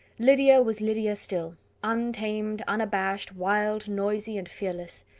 lydia was lydia still untamed, unabashed, wild, noisy, and fearless.